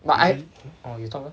but I oh you talk first